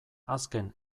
azken